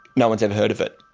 no one's ever heard of it